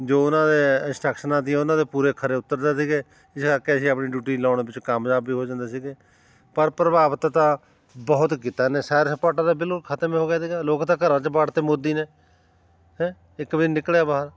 ਜੋ ਉਹਨਾਂ ਦੇ ਇੰਸਟਰਕਸ਼ਨਾਂ ਤੀਆਂ ਉਹਨਾਂ ਦੇ ਪੂਰੇ ਖਰੇ ਉੱਤਰਦੇ ਸੀਗੇ ਜਾ ਕੇ ਅਸੀਂ ਆਪਣੀ ਡਿਊਟੀ ਲਾਉਣ ਵਿੱਚ ਕਾਮਯਾਬ ਵੀ ਹੋ ਜਾਂਦੇ ਸੀਗੇ ਪਰ ਪ੍ਰਭਾਵਿਤ ਤਾਂ ਬਹੁਤ ਕੀਤਾ ਇਹਨੇ ਸੈਰ ਸਪਾਟਾ ਤਾਂ ਬਿਲ ਖਤਮ ਹੀ ਹੋ ਗਿਆ ਸੀਗਾ ਲੋਕ ਤਾਂ ਘਰਾਂ 'ਚ ਵਾੜਤੇ ਮੋਦੀ ਨੇ ਹੈਂ ਇਹ ਕਿਵੇਂ ਨਿਕਲਿਆ ਬਾਹਰ